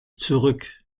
zurück